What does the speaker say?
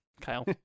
Kyle